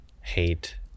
hate